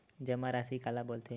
जमा राशि काला बोलथे?